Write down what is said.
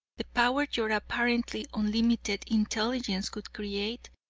the power your apparently unlimited intelligence would create,